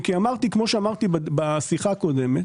כפי שאמרתי בשיחה הקודמת,